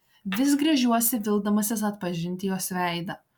vis gręžiuosi vildamasis atpažinti jos veidą